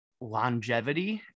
longevity